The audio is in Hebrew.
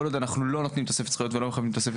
כל עוד אנחנו לא נותנים תוספת זכויות ולא מכבדים תוספת